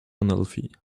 unhealthy